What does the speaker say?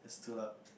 too loud